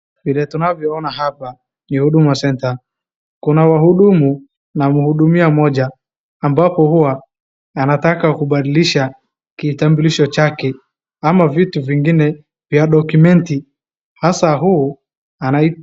Vile tunavyona hapa ni Huduma center. Kuna wahudumu na mhudumiwa mmoja ambapo hua anataka kubadilisha kitambulisho chake ama vitu vingine vya documenti hasa huu anaitwa...